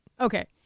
Okay